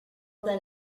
then